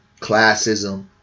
classism